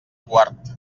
quart